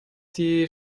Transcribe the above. die